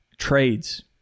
trades